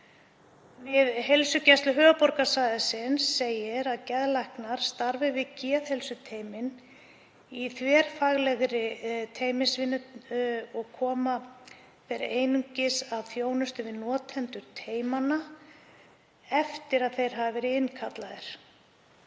Við Heilsugæslu höfuðborgarsvæðisins segir að geðlæknar starfi við geðheilsuteymin í þverfaglegri teymisvinnu. Koma þeir einungis að þjónustu við notendur teymanna eftir að þeir hafa verið innkallaðir.